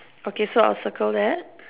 okay so I will circle there